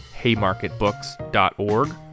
haymarketbooks.org